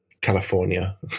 California